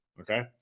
okay